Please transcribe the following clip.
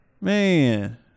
Man